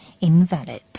invalid